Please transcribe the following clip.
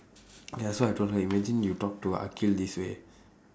ya so I told her imagine you talk to akhil this way